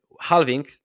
halving